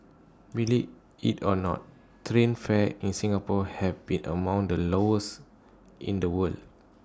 believe IT or not train fares in Singapore have been among the lowest in the world